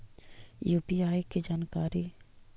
UPI के जानकारी?